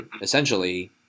essentially